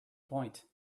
point